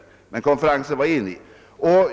Men värnpliktsriksdagen var enig om utvidgningen som sådan.